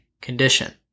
condition